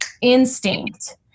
instinct